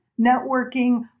networking